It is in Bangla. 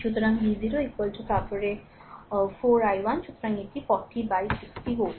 সুতরাং v0 তারপরে 4 i1 সুতরাং এটি 40 বাই 60 ভোল্ট